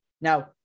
Now